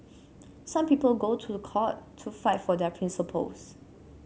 some people go to court to fight for their principles